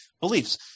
beliefs